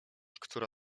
która